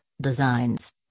designs